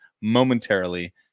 momentarily